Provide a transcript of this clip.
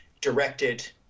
directed